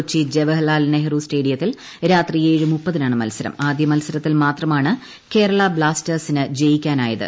കൊച്ചി ജ്വഹർലാൽ നെഹ്റു സ്റ്റേഡിയത്തിൽ രാത്രി മൽസരത്തിൽ മാത്രമാണ് ക്കേരള ബ്ലാസ്റ്റേഴ്സിന് ജയിക്കാനായത്